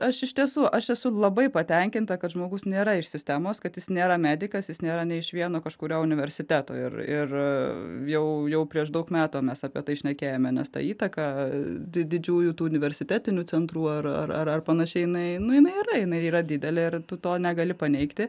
aš iš tiesų aš esu labai patenkinta kad žmogus nėra iš sistemos kad jis nėra medikas jis nėra nė iš vieno kažkurio universiteto ir ir jau prieš daug metų mes apie tai šnekėjome nes ta įtaka didžiųjų tų universitetinių centrų ar ar ar panašiai jinai nu jinai yra jinai yra didelė ir tu to negali paneigti